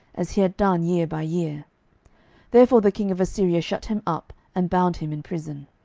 as he had done year by year therefore the king of assyria shut him up, and bound him in prison.